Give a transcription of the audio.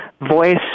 voice